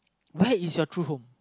where is your true home